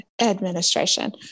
administration